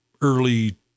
early